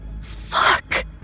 Fuck